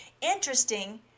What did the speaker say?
interesting